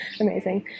Amazing